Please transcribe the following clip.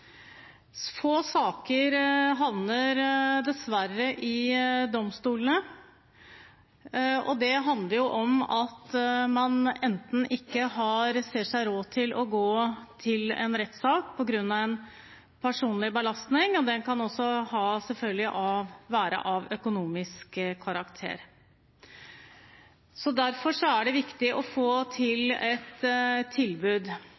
Få saker havner dessverre i domstolene, og det handler om at man ikke ser seg råd til å gå til en rettssak på grunn av en personlig belastning – og den kan også selvfølgelig være av økonomisk karakter. Derfor er det viktig å få